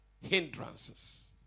hindrances